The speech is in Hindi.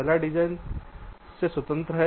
पहला डिजाइन से स्वतंत्र है